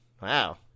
Wow